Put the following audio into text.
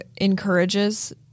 encourages